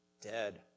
dead